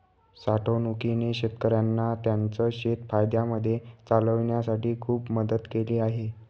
साठवणूकीने शेतकऱ्यांना त्यांचं शेत फायद्यामध्ये चालवण्यासाठी खूप मदत केली आहे